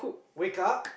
wake up